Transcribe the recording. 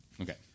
Okay